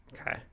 Okay